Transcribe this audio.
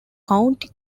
county